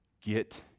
Get